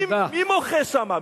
מי מוחה שם?